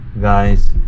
guys